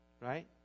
Right